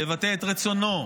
לבטא את רצונו,